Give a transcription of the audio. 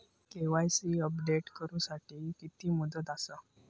KYC update करू साठी किती मुदत आसा?